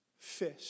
Fish